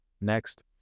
Next